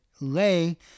lay